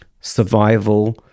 survival